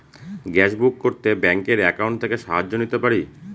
Gas book করতে ব্যাংকের account থেকে সাহায্য নিতে পারি?